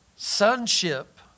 Sonship